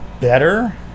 better